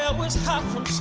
um was hot from